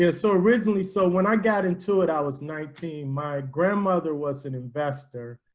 yeah so originally, so when i got into it, i was nineteen. my grandmother was an investor.